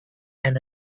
and